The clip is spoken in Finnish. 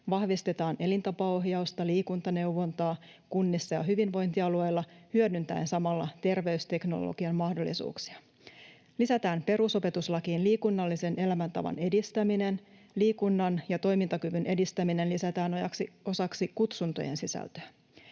vahvistetaan elintapaohjausta, liikuntaneuvontaa kunnissa ja hyvinvointialueilla hyödyntäen samalla terveysteknologian mahdollisuuksia. Lisätään perusopetuslakiin liikunnallisen elämäntavan edistäminen. Liikunnan ja toimintakyvyn edistäminen lisätään osaksi kutsuntojen sisältöä.